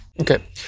Okay